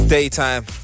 Daytime